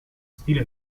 stile